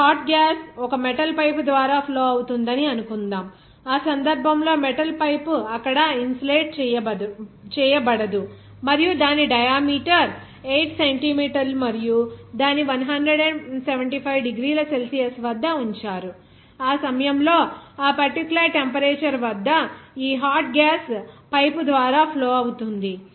ఒక hot gas ఒక metal pipe ద్వారా ఫ్లో అవుతుందని అనుకుందాం ఆ సందర్భంలో మెటల్ పైపు అక్కడ ఇన్సులేట్ చేయబడదు మరియు దాని డయామీటర్ 8 సెంటీ మీటర్లు మరియు దానిని 175 డిగ్రీల సెల్సియస్ వద్ద ఉంచారు ఆ సమయంలో ఆ పర్టిక్యులర్ టెంపరేచర్ వద్ద ఈ హాట్ గ్యాస్ పైపు ద్వారా ఫ్లో అవుతుంది